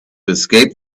escape